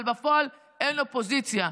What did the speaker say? אבל בפועל אין אופוזיציה.